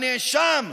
הנאשם,